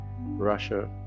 Russia